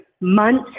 months